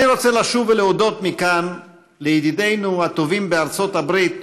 אני רוצה לשוב ולהודות מכאן לידידינו הטובים בארצות הברית,